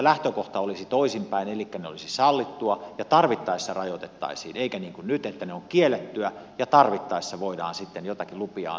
lähtökohta olisi siis toisinpäin elikkä se olisi sallittua ja tarvittaessa rajoitettaisiin eikä niin kuin nyt että se on kiellettyä ja tarvittaessa voidaan sitten joitakin lupia antaa